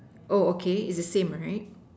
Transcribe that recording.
oh okay is the same right